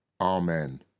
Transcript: Amen